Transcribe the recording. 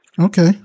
okay